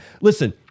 listen